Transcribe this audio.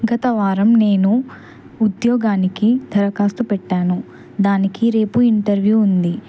గత వారం నేను ఉద్యోగానికి దరఖాస్తు పెట్టాను దానికి రేపు ఇంటర్వ్యూ ఉంది